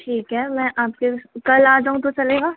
ठीक है मैं आपके कल आ जाऊँ तो चलेगा